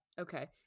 okay